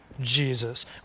Jesus